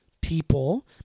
people